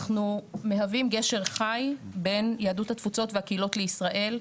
אנחנו מהווים גשר חי בין יהדות התפוצות והקהילות לישראל.